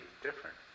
different